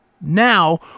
now